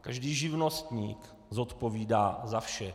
Každý živnostník zodpovídá za vše.